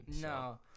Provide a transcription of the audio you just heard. No